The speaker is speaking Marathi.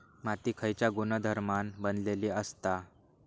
माती खयच्या गुणधर्मान बनलेली असता?